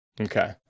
Okay